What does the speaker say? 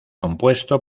compuesto